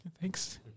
Thanks